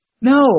No